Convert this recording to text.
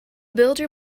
builder